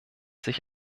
sich